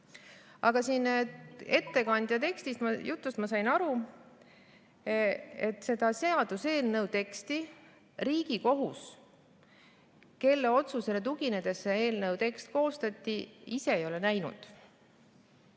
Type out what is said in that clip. Aga siin ettekandja jutust ma sain aru, et seda seaduseelnõu teksti Riigikohus, kelle otsusele tuginedes eelnõu tekst koostati, ise ei ole näinud.